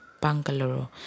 bangalore